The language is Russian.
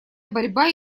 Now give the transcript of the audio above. борьба